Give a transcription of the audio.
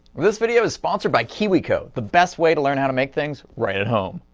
this video is sponsored by kiwico, the best way to learn how to make things right at home.